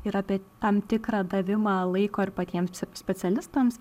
ir apie tam tikrą davimą laiko ir patiems specialistams